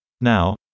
Now